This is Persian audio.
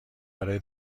برای